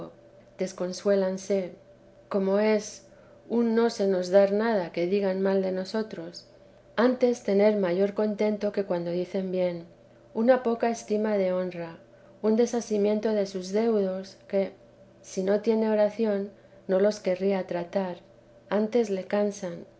de jesís como es un no se nos dar nada que digan mal de otros antes tener mayor contento que cuando dicen bienuna poca estima de honra un desasimiento de sus deudos que si no tienen oración no los querría tratar amele cansan